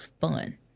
fun